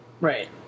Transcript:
Right